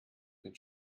den